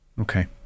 Okay